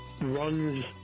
runs